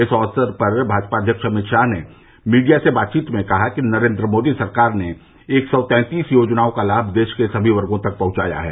इस अवसर पर भाजपा अव्यक्ष अमित शाह ने मीडिया से बातचीत में कहा कि नरेंद्र मोदी सरकार ने एक सौ तैंतीस योजनाओं का लाभ देश में सभी वर्गों तक पहुंचाया है